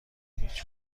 هیچ